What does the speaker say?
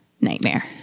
nightmare